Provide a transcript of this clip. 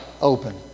open